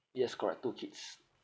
yes correct two kids